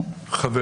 חבר